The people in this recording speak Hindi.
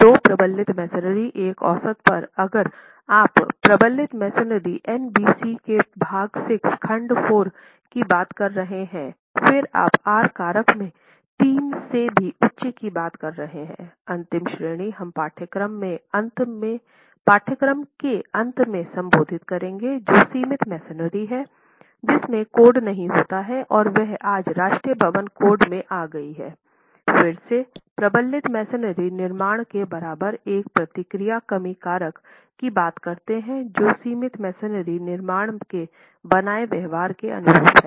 तो प्रबलित मैसनरी एक औसत पर अगर आप प्रबलित मैसनरी एनबीसी के भाग 6 खंड 4 की बात कर रहे हैं फिर आप आर कारक में 3 से भी उच्च की बात कर रहे हैं अंतिम श्रेणी हम पाठ्यक्रम के अंत में संबोधित करेंगे जो सीमित मैसनरी हैं जिसमें कोड नहीं होता है वह आज राष्ट्रीय भवन कोड में आ गई है फिर से प्रबलित मैसनरी निर्माण के बराबर एक प्रतिक्रिया कमी कारक की बात करते है जो सीमित मैसनरी निर्माण के बनाए व्यवहार के अनुरूप है